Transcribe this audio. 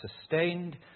sustained